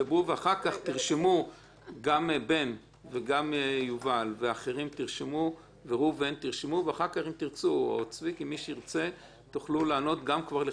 ואחר כך תוכלו לענות גם לחברי הכנסת.